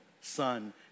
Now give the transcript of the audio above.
son